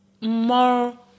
more